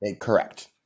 correct